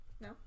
No